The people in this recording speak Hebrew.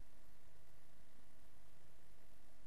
יותר, גם